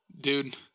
dude